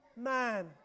man